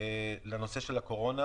שנקודות העצירה של הרכבת,